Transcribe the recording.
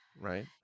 Right